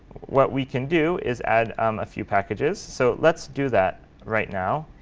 what we can do is add a few packages. so let's do that right now